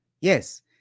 Yes